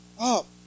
up